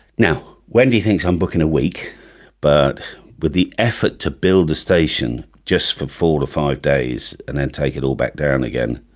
wendy thinks i'm booking a week but with the effort to build a station just for forty five days and then take it all back down again